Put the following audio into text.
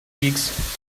weeks